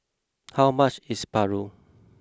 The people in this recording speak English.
how much is Paru